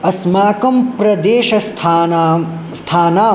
अस्माकं प्रदेशस्थानां स्थानाम्